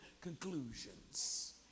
conclusions